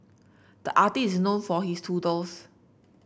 the artist is known for his doodles